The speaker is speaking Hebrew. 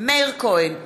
מאיר כהן,